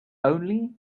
only